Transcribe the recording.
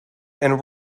and